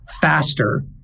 faster